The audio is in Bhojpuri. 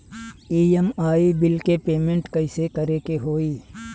ई.एम.आई बिल के पेमेंट कइसे करे के होई?